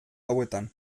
gauetan